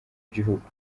gihugu